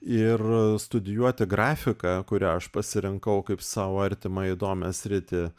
ir studijuoti grafiką kurią aš pasirinkau kaip sau artimą įdomią sritį